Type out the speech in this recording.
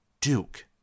Duke